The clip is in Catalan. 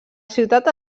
ciutat